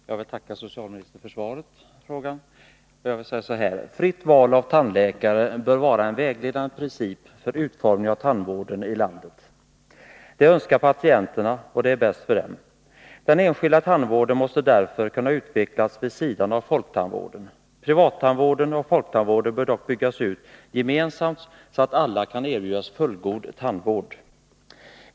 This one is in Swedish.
Fru talman! Jag vill tacka socialministern för svaret på frågan. Fritt val av tandläkare bör vara en vägledande princip för utformningen av tandvården i landet. Det önskar patienterna, och det är bäst för dem. Den enskilda tandvården måste därför kunna utvecklas vid sidan av folktandvården. Privattandvården och folktandvården bör dock byggas ut gemensamt, så att alla kan erbjudas fullgod tandvård.